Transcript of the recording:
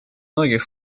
многих